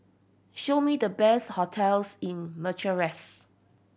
show me the best hotels in Bucharest